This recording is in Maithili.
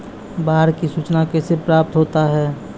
बाढ की सुचना कैसे प्राप्त होता हैं?